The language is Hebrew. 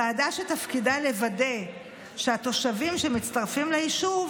ועדה שתפקידה לוודא שהתושבים שמצטרפים ליישוב